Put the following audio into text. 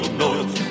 north